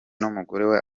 n’umugore